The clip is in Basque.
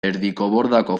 erdikobordako